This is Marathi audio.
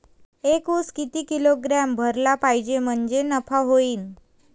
एक उस किती किलोग्रॅम भरला पाहिजे म्हणजे नफा होईन?